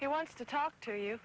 he wants to talk to you